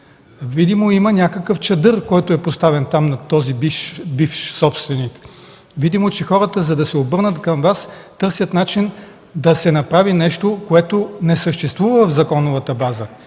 Видно има някакъв чадър, поставен над този бивш собственик. Видимо, че за да се обърнат към Вас хората, търсят начин да се направи нещо, което не съществува в законовата база.